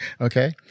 okay